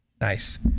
Nice